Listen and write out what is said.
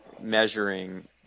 measuring